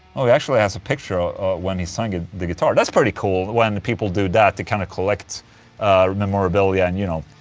oh, he actually has a picture when he signed the guitar, that's pretty cool when people do that to kind of collect memorabilia and you know.